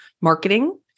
marketing